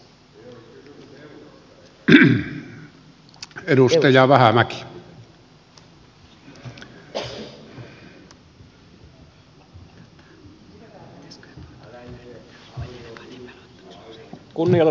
kunnioitettu puhemies